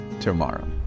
tomorrow